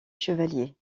chevaliers